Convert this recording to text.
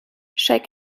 shake